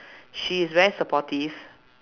she is very supportive